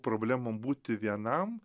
problemom būti vienam